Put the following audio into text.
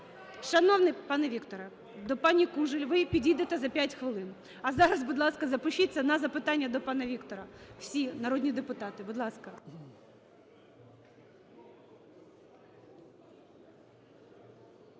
Шановний пане Вікторе, до пані Кужель ви підійдете за п'ять хвилин. А зараз, будь ласка, запишіться на запитання до пана Віктора всі народні депутати, будь ласка.